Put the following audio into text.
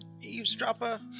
eavesdropper